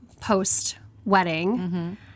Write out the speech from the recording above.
post-wedding